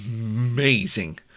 amazing